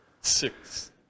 six